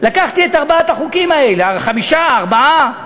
לקחתי את ארבעת החוקים האלה, חמישה או ארבעה,